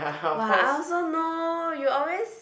!wah! I also know you always